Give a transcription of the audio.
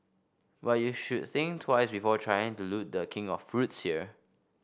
but you should think twice before trying to loot the king of fruits here